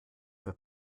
für